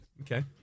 Okay